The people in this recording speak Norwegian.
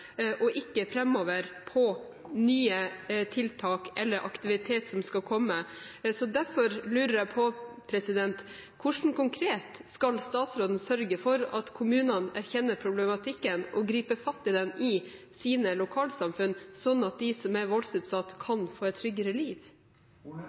og ikke framover på nye tiltak eller ny aktivitet som skal komme. Derfor lurer jeg på: Hvordan skal statsråden konkret sørge for at kommunene erkjenner problematikken og griper fatt i den i sine lokalsamfunn, slik at de som er voldsutsatt, kan få et tryggere liv?